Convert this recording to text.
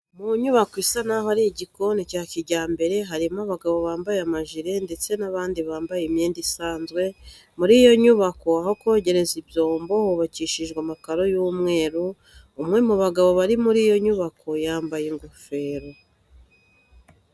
Mu nyubako isa naho ari igikoni cya kijyambere harimo abagabo bambaye amajiri ndetse n'abandi bambaye imyenda isanzwe. Muri iyo nyubako aho kogereza ibyombo hubakishijwe amakaro y'umweru. Umwe mu bagabo bari muri iyo nyubako yambaye ingofero.